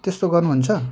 त्यस्तो गर्नु हुन्छ